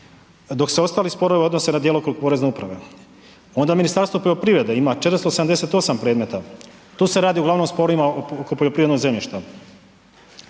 dok se ostali sporovi odnose na djelokrug porezne uprave. Onda Ministarstvo poljoprivrede ima 478 predmeta, tu se radi uglavnom o sporovima oko poljoprivrednog zemljišta.